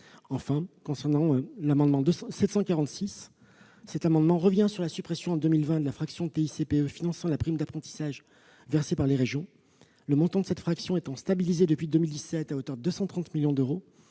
Enfin, l'amendement n° I-746 rectifié revient sur la suppression en 2020 de la fraction de TICPE finançant la prime d'apprentissage versée par les régions. Le montant de cette fraction est stabilisé depuis 2007 à hauteur de 230 millions d'euros